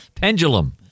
Pendulum